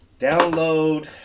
download